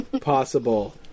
possible